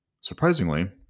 Surprisingly